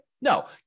No